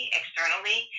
externally